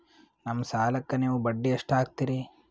ನಮ್ಮ ಸಾಲಕ್ಕ ನೀವು ಬಡ್ಡಿ ಎಷ್ಟು ಹಾಕ್ತಿರಿ?